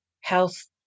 health